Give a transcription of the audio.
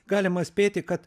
galima spėti kad